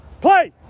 Play